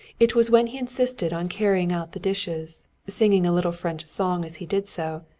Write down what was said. it was when he insisted on carrying out the dishes, singing a little french song as he did so,